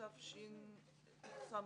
התשס"ג,